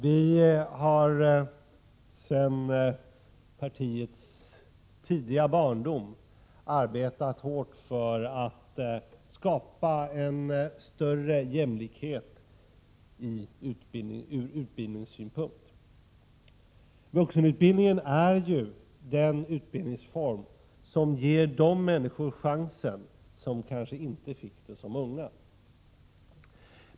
Vi har sedan partiets tidiga barndom arbetat hårt för att skapa en större jämlikhet ur utbildningssynpunkt. Vuxenutbildningen är ju den utbildningsform som ger de människor chansen som kanske inte fick den som unga.